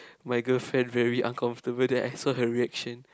my girlfriend very uncomfortable that I saw her reaction